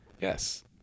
Yes